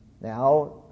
Now